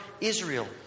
Israel